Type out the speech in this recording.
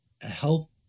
help